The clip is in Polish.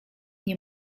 nie